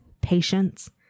patience